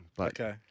Okay